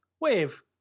wave